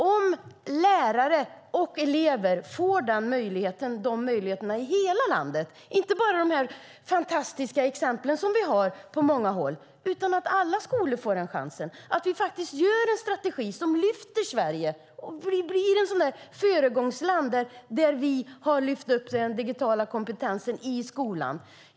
Om lärare och elever i hela landet får de möjligheterna, inte bara de fantastiska exempel som vi har på många håll utan alla skolor, genom att vi gör en strategi som lyfter Sverige kan Sverige bli ett föregångsland där vi har lyft upp den digitala kompetensen i skolan.